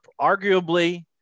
arguably